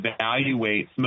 evaluate